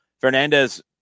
fernandez